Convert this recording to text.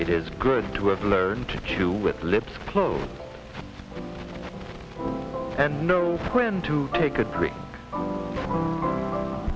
it is good to have learned to chew with lips close and no friend to take a drink